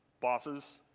bosses?